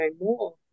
more